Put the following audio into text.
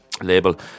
label